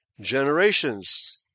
Generations